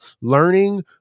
learning